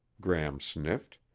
gram sniffed.